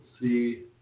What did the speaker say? see